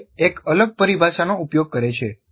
Merrill એક અલગ પરિભાષાનો ઉપયોગ કરે છે